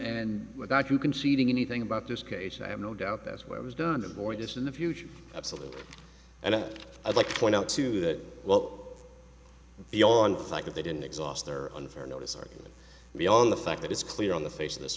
and that you conceding anything about this case i have no doubt that's what was done to avoid this in the future absolutely and i'd like to point out too that well the on the fact that they didn't exhaust their unfair notice argument beyond the fact that it's clear on the face of this